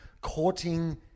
courting